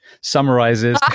summarizes